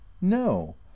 no